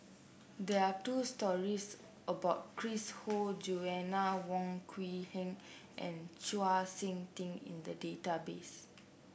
there two stories about Chris Ho Joanna Wong Quee Heng and Chau SiK Ting in the database